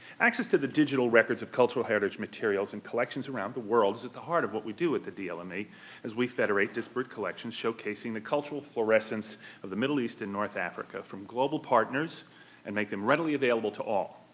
access to the digital records of cultural heritage, materials, and collections around the world is at the heart of what we do at the dlme, and as we federate disparate collections showcasing the cultural fluorescence of the middle east and north africa from global partners and make them readily available to all.